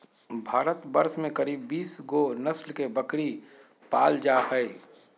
भारतवर्ष में करीब बीस गो नस्ल के बकरी पाल जा हइ